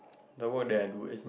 the work that I do is